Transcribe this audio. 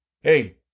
hey